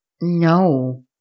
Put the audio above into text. No